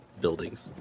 buildings